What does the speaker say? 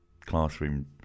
classroom